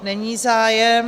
Není zájem.